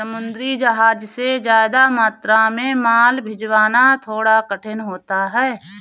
समुद्री जहाज से ज्यादा मात्रा में माल भिजवाना थोड़ा कठिन होता है